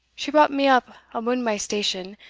she brought me up abune my station,